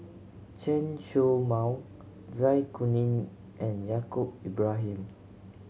Chen Show Mao Zai Kuning and Yaacob Ibrahim